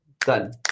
done